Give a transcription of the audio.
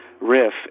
riff